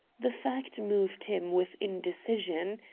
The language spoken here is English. the fact moved him with indecision.